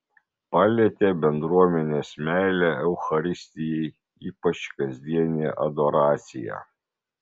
palietė bendruomenės meilė eucharistijai ypač kasdienė adoracija